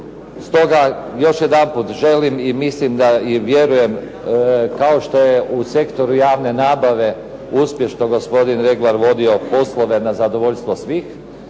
Stoga još jedanput želim i mislim da i vjerujem kao što je u sektoru javne nabave uspješno gospodin Regvar vodio poslove na zadovoljstvo svih,